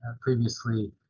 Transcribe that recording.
previously